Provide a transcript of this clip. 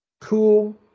Cool